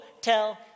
tell